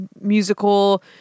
musical